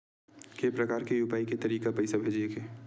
के प्रकार के यू.पी.आई के तरीका हे पईसा भेजे के?